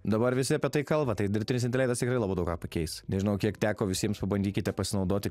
dabar visi apie tai kalba tai dirbtinis intelektas tikrai labai daug ką pakeis nežinau kiek teko visiems pabandykite pasinaudoti